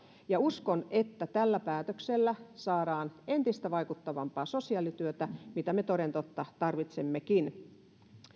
uskon että tällä päätöksellä saadaan entistä vaikuttavampaa sosiaalityötä mitä me toden totta tarvitsemmekin